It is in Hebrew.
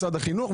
משרד החינוך,